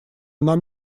нам